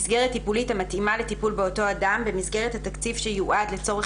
מסגרת טיפולית המתאימה לטיפול באותו אדם במסגרת התקציב שיועד לצורך